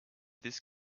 this